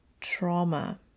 trauma